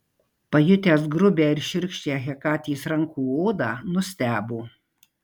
pajutęs grubią ir šiurkščią hekatės rankų odą nustebo